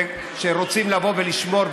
שרוצים לבוא ולשמור,